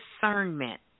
discernment